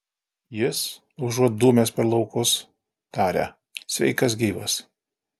jis užuot dūmęs per laukus taria sveikas gyvas